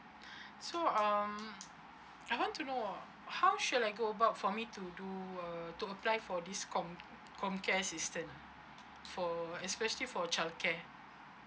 so um I want to know how should I go about for me to do uh to apply for this com com care assistant for especially for childcare